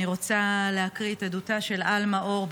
אני רוצה להקריא את עדותה של עלמה אור,